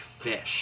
fish